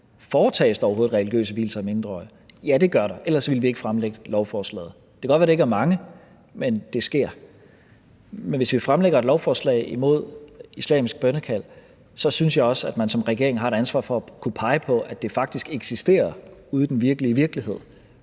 foretages religiøse vielser af mindreårige. Ja, det gør der, ellers ville vi ikke fremsætte lovforslaget. Det kan godt være, at det ikke er mange, men det sker. Men hvis vi fremsætter et lovforslag imod islamisk bønnekald, synes jeg også, at man som regering har et ansvar for at kunne pege på, at det faktisk eksisterer ude i den virkelige virkelighed